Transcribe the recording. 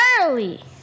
early